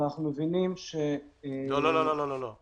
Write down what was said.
אבל אנחנו מבינים --- לא, לא, לא.